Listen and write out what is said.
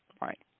right